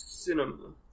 Cinema